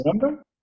Remember